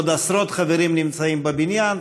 עוד עשרות חברים נמצאים בבניין,